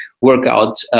workout